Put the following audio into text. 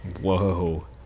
Whoa